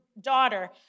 daughter